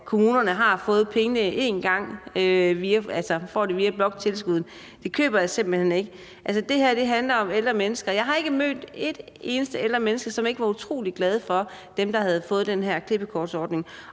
kommunerne har fået pengene én gang via bloktilskuddet, køber jeg simpelt hen ikke. Altså, det her handler om ældre mennesker. Jeg har ikke mødt et eneste ældre menneske, som ikke var utrolig glad for den her klippekortordning.